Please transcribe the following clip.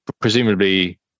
Presumably